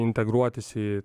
integruotis į